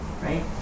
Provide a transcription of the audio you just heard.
right